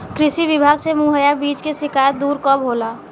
कृषि विभाग से मुहैया बीज के शिकायत दुर कब होला?